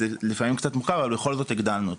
זה לפעמים קצת מורכב אבל בכל זאת הגדלנו אותו.